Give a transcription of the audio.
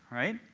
right?